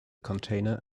container